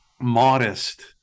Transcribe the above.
modest